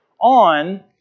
on